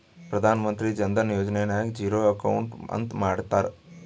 ಪ್ರಧಾನ್ ಮಂತ್ರಿ ಜನ ಧನ ಯೋಜನೆ ನಾಗ್ zero account ಅಂತ ಮಾಡ್ತಾರ